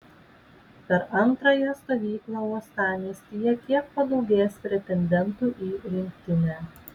per antrąją stovyklą uostamiestyje kiek padaugės pretendentų į rinktinę